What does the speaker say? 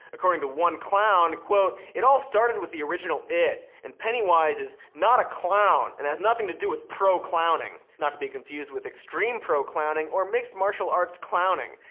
according to one clown, it all started with the original it, and pennywise is not a clown and has nothing to do with pro clowning. not to be confused with extreme pro clowning or mixed martial arts clowning.